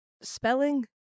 spelling